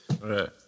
Right